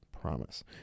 promise